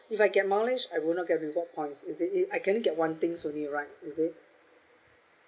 if I get mileage I would not get reward points is it it I can only get one things only right is it